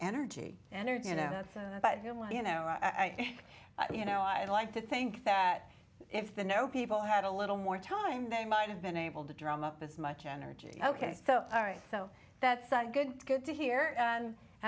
energy energy you know but you know i think you know i like to think that if the know people had a little more time they might have been able to drum up as much energy ok so all right so that's good good to hear and